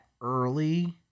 early